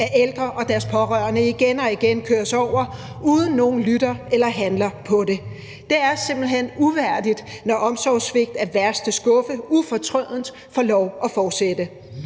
at ældre og deres pårørende igen og igen køres over, uden at nogen lytter til det eller handler på det. Det er simpelt hen uværdigt, når omsorgssvigt af værste skuffe ufortrødent får lov at fortsætte.